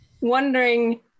wondering